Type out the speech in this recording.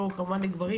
או כמובן לגברים,